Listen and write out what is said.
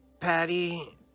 Patty